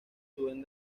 suben